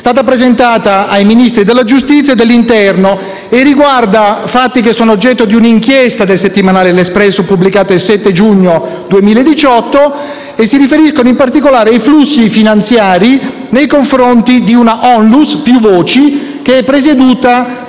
è stata presentata ai Ministri della giustizia e dell'interno e riguarda fatti che sono oggetto di un'inchiesta del settimanale «L'Espresso», pubblicata il 7 giugno 2018, e si riferiscono, in particolare, ai flussi finanziari nei confronti di una ONLUS, «Più Voci», che è presieduta